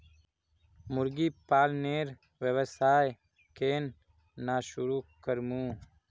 मुर्गी पालनेर व्यवसाय केन न शुरु करमु